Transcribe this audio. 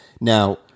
Now